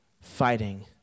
fighting